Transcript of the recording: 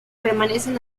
permanecen